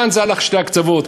כאן היו שני הקצוות,